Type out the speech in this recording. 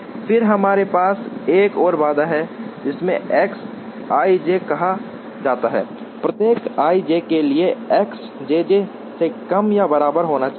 फिर हमारे पास एक और बाधा है जिसे एक्स आईजे कहा जाता है प्रत्येक आई जे के लिए एक्स जेज से कम या बराबर होना चाहिए